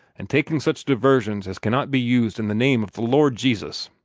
and taking such diversions as cannot be used in the name of the lord jesus.